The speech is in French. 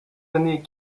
années